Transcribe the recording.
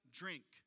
drink